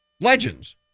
Legends